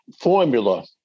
formula